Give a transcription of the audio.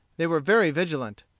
they were very vigilant.